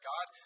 God